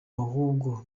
ahubwo